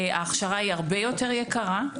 ההכשרה היא הרבה יותר יקרה.